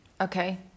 Okay